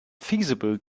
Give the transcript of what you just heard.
feasible